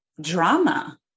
drama